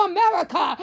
America